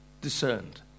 discerned